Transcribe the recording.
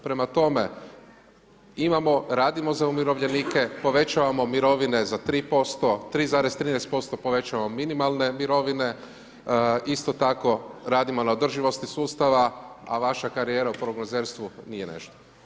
Prema tome, imamo, radimo za umirovljenike, povećavamo mirovine za 3%, 3,13% povećavamo minimalne mirovine, isto tako radimo na održivosti sustava a vaša karijera o prognozerstvu nije nešto.